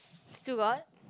still got